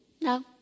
no